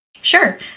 sure